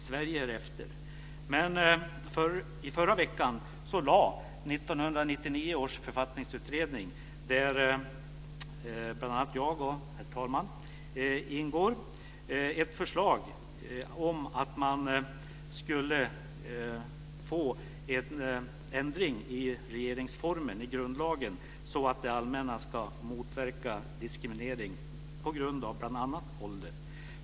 Sverige är efter, men i förra veckan lade 1999 års Författningsutredning, där bl.a. jag och herr talmannen ingår, ett förslag om att ändra i regeringsformen, grundlagen, så att det allmänna ska motverka diskriminering på grund av bl.a. ålder.